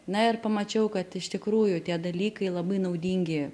na ir pamačiau kad iš tikrųjų tie dalykai labai naudingi